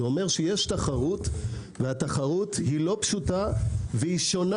יש תחרות והיא לא פשוטה והיא שונה.